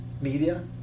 media